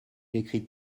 écrit